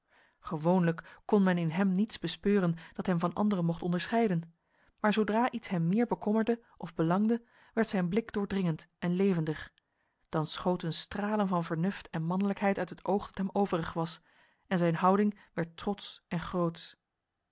gewoonlijk kon men in hem niets bespeuren dat hem van anderen mocht onderscheiden maar zodra iets hem meer bekommerde of belangde werd zijn blik doordringend en levendig dan schoten stralen van vernuft en manlijkheid uit het oog dat hem overig was en zijn houding werd trots en groots